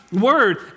word